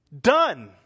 Done